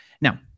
Now